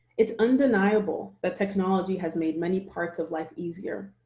it's undeniable that technology has made many parts of life easier.